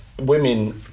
women